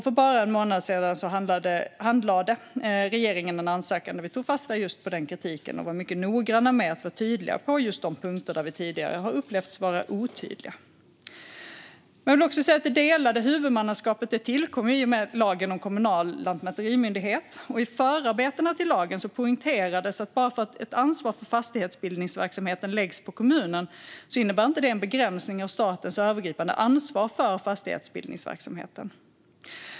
För bara någon månad sedan handlade regeringen en ansökan, och vi tog fasta på den kritiken. Vi var noggranna med att vara tydliga på de punkter där vi tidigare har uppfattats vara otydliga. Det delade huvudmannaskapet tillkom i och med lagen om kommunal lantmäterimyndighet. I förarbetena till lagen poängterades att bara för att ett ansvar för fastighetsbildningsverksamheten läggs på kommunen innebär inte det en begränsning av statens övergripande ansvar för fastighetsbildningsverksamheten.